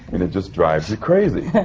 and it just drives you crazy.